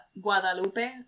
Guadalupe